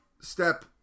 step